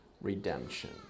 redemption